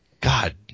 God